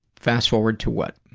fast forward to what?